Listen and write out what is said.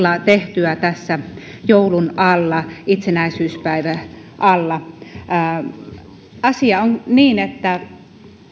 tehtyä tässä joulun alla itsenäisyyspäivän alla asia on niin että